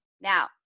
Now